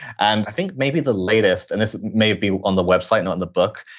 and i think maybe the latest, and this may be on the website, not in the book,